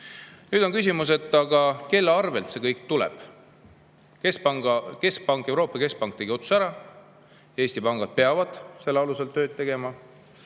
Nüüd on küsimus, kelle arvelt see kõik tuleb. Euroopa Keskpank tegi otsuse ära. Eesti pangad peavad selle alusel tööd tegema.